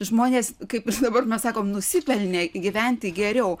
žmonės kaip dabar mes sakom nusipelnė gyventi geriau